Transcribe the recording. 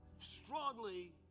strongly